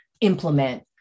implement